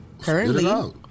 Currently